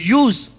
use